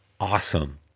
awesome